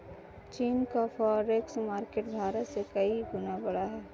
चीन का forex market Bharat से कई गुना बड़ा है